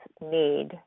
need